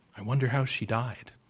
i wonder how she died.